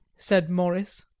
said morris.